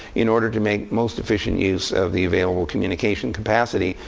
in order to make most efficient use of the available communication capacity,